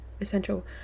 essential